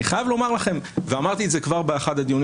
אני חייב לומר לכם ואמרתי את זה כבר באחד הדיונים